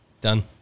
Done